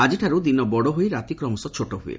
ଆଜିଠାରୁ ଦିନ ବଡ଼ ହୋଇ ରାତି କ୍ରମଶଃ ଛୋଟ ହୁଏ